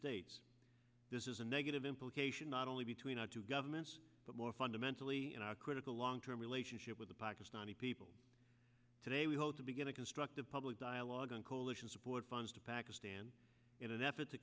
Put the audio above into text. states this is a negative implication not only between our two governments but more fundamentally in our critical long term relationship with the pakistani people today we hope to begin a constructive public dialogue on coalition support funds to pakistan in an effort to